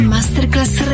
Masterclass